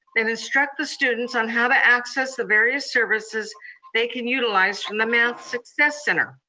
and instruct the students on how to access the various services they can utilize from the math success center.